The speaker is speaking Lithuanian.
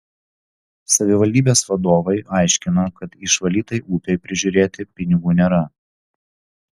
savivaldybės vadovai aiškino kad išvalytai upei prižiūrėti pinigų nėra